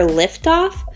liftoff